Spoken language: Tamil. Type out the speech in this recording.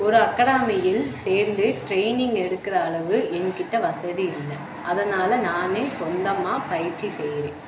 ஒரு அகடாமியில் சேர்ந்து ட்ரைனிங் எடுக்கிற அளவு என்கிட்டே வசதி இல்லை அதனால் நானே சொந்தமாக பயிற்சி செய்கிறேன்